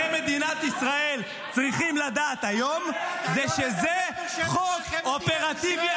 אתם השארתם פה את עופר כסיף.